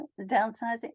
downsizing